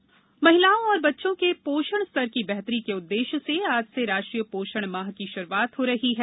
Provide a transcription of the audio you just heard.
पोषण अभियान महिलाओं और बच्चों के पोषण स्तर की बेहतरी के उद्देश्य से आज से राष्ट्रीय पोषण माह की शुरूआत हो रही है